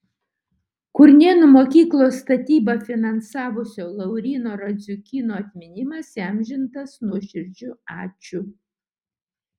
kurnėnų mokyklos statybą finansavusio lauryno radziukyno atminimas įamžintas nuoširdžiu ačiū